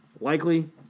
Likely